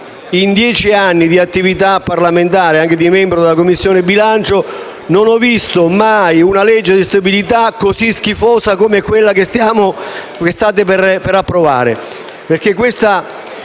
in dieci anni di attività parlamentare, anche come membro della Commissione bilancio, non ho mai visto una manovra finanziaria schifosa come quella che state per approvare.